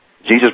Jesus